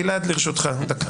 גלעד, לרשותך דקה.